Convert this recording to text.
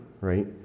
right